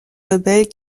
rebelles